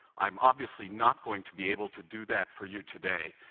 i'm obviously not going to be able to do that for you today,